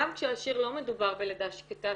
גם כאשר לא מדובר בלידה שקטה,